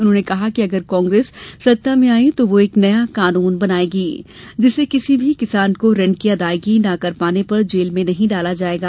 उन्होंने कहा कि अगर कांग्रेस सत्ता में आई तो वह एक नया कानून बनायेगी जिससे किसी भी किसान को ऋण की अदायगी न कर पाने पर जेल में नहीं डाला जायेगा